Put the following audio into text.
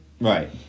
Right